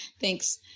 Thanks